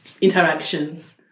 interactions